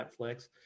Netflix